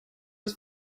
ist